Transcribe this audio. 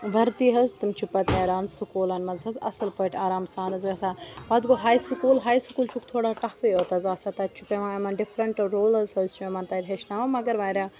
وَردی حظ تِم چھِ پَتہٕ نیران سکوٗلَن منٛز حظ اَصٕل پٲٹھۍ آرام سان حظ گژھان پَتہٕ گوٚو ہَے سکوٗل ہَے سکوٗل چھُکھ تھوڑا ٹَفٕے یوت حظ آسان تَتہِ چھُ پٮ۪وان یِمَن ڈِفرَنٛٹ روٗلٕز حظ چھِ یِمَن تَتہِ ہیٚچھناوان مگر واریاہ